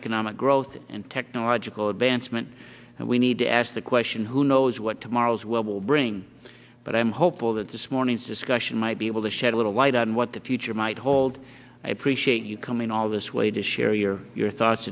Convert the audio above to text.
economic growth and technological advancement and we need to ask the question who knows what tomorrow's world will bring but i'm hopeful that this morning's discussion might be able to shed a little light on what the future might hold i appreciate you coming all this way to share your your thoughts